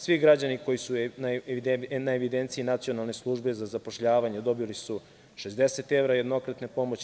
Svi građani koji su na evidenciji Nacionalne službe za zapošljavanje dobili su 60 evra jednokratne pomoći.